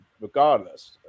regardless